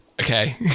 Okay